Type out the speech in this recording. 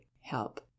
help